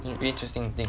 very interesting thing